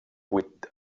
vuit